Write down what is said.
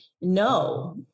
No